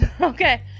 okay